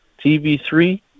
TV3